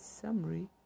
summary